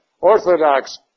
Orthodox